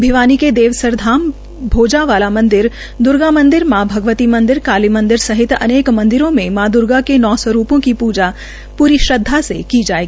भिवानी के देवसर धाम भोजा वाला मंदिर द्र्गा मंदिर मां भगवती मंदिर काली मंदिर सहित अनेक मंदिरों में मां दूर्गा के नौ स्वरूपों की पूजा पूरी श्रद्वा से की जाये